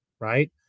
right